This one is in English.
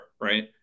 right